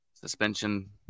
suspension